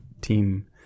team